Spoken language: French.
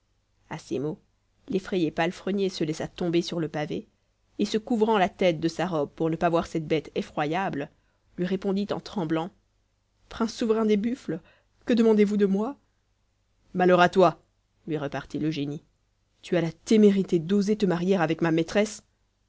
à ces mots l'effrayé palefrenier se laissa tomber sur le pavé et se couvrant la tête de sa robe pour ne pas voir cette bête effroyable lui répondit en tremblant prince souverain des buffles que demandez-vous de moi malheur à toi lui repartit le génie tu as la témérité d'oser te marier avec ma maîtresse